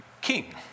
king